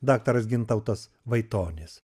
daktaras gintautas vaitonis